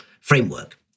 framework